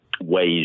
ways